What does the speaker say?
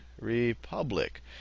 Republic